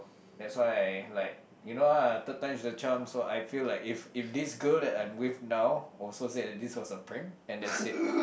that's why I like you know ah third time's a charm so I feel like if if this girl that I'm with now also say that this was a prank and that's it